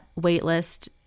waitlist